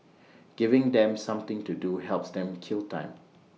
giving them something to do helps them kill time